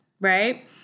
right